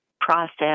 process